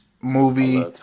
movie